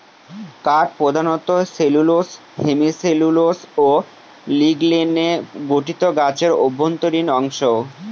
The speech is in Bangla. কাঠ প্রধানত সেলুলোস হেমিসেলুলোস ও লিগনিনে গঠিত গাছের অভ্যন্তরীণ অংশ